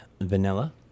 vanilla